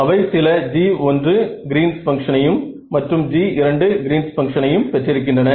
அவை சில g1 Green's பங்க்ஷனையும் Green's function மற்றும் g2 கிரீன்ஸ் பங்க்ஷனையும் Green's function பெற்றிருக்கின்றன